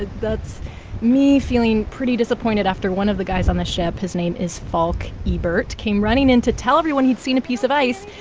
that's me feeling pretty disappointed, after one of the guys on the ship his name is falk ebert came running in to tell everyone he'd seen a piece of ice.